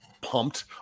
pumped